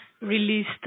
released